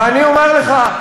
ואני אומר לך,